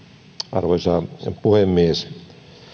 arvoisa puhemies